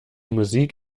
musik